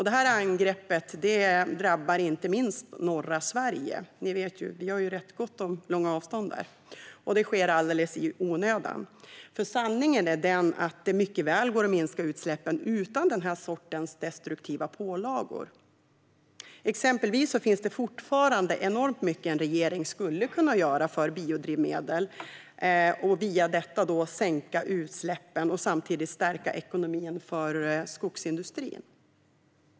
Detta angrepp drabbar inte minst norra Sverige - ni vet att vi har rätt gott om långa avstånd där - och det sker alldeles i onödan. Sanningen är den att det mycket väl går att minska utsläppen utan denna sorts destruktiva pålagor. Exempelvis finns det fortfarande enormt mycket som en regering skulle kunna göra för att med biodrivmedel sänka utsläppen och samtidigt stärka ekonomin för skogsindustrin.